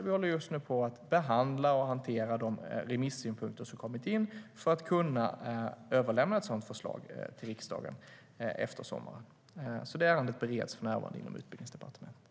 Vi håller just nu på att behandla och hantera de remissynpunkter som har kommit in för att kunna överlämna ett sådant förslag till riksdagen efter sommaren. Det ärendet bereds alltså för närvarande inom Utbildningsdepartementet.